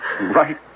right